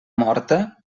morta